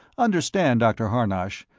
understand, dr. harnosh,